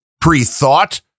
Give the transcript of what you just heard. pre-thought